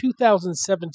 2017